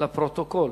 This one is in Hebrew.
לפרוטוקול.